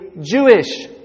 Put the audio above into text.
Jewish